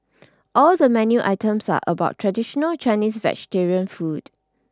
all the menu items are about traditional Chinese vegetarian food